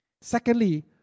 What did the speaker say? Secondly